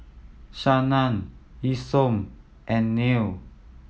Shannan Isom and Neil